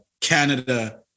Canada